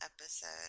episode